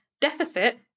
deficit